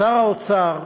שר האוצר,